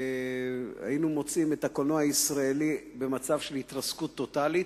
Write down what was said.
היינו מוצאים את הקולנוע הישראלי במצב של התרסקות טוטלית.